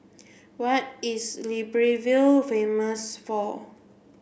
what is Libreville famous for